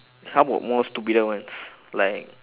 how about more stupider ones like